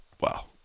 wow